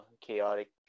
chaotic